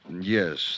Yes